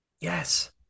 Yes